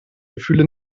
gefühle